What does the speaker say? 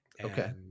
okay